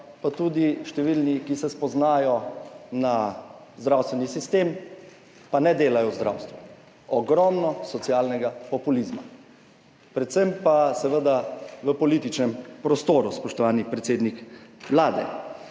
pa tudi številni, ki se spoznajo na zdravstveni sistem, pa ne delajo v zdravstvu. Ogromno socialnega populizma, predvsem pa seveda v političnem prostoru, spoštovani predsednik Vlade.